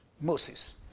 Moses